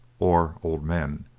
or old men.